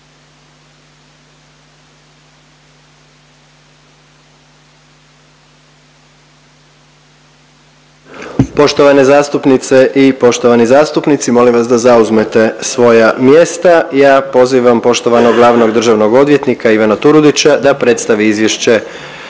Poštovane zastupnice i poštovani zastupnici molim vas da zauzmete svoja mjesta. Ja pozivam poštovanog glavnog državnog odvjetnika Ivana Turudića da predstavi Izvješće